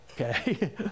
okay